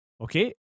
Okay